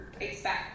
expect